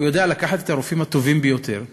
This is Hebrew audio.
הוא יודע לקחת את הרופאים הטובים ביותר,